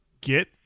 get